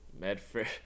medford